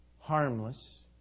harmless